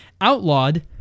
outlawed